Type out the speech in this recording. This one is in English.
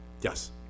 Yes